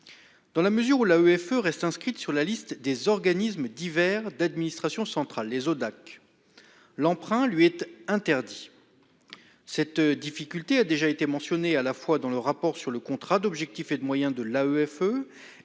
Dans la mesure où la EFE reste inscrite sur la liste des organismes divers d'administration centrale les Hodac. L'emprunt lui interdit. Cette difficulté, a déjà été mentionné à la fois dans le rapport sur le contrat d'objectifs et de moyens de la EFE